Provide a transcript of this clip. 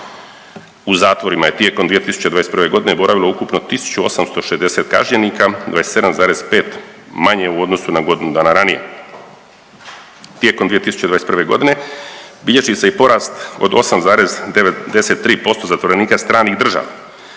U zatvorima je tijekom 2021. godine boravilo ukupno 1860 kažnjenika, 27,5 manje u odnosu na godinu dana ranije. Tijekom 2021. godine bilježi se i porast od 8,93% zatvorenika stranih država.